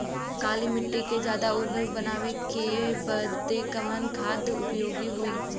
काली माटी के ज्यादा उर्वरक बनावे के बदे कवन खाद उपयोगी होला?